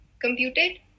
computed